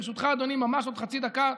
ברשותך, אדוני, ממש עוד חצי דקה.